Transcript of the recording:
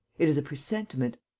it is a presentiment.